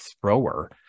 thrower